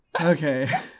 Okay